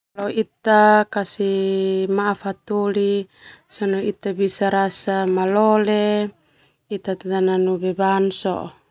Ita kasih maaf hataholi sona ita rasa malole ita tananu beban.